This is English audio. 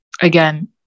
again